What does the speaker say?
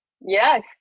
Yes